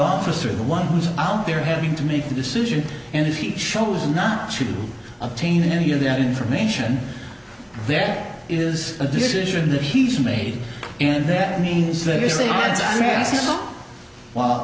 officer the one who's out there having to make the decision and if he chose not to obtain any of that information there is a decision that he's made and that means that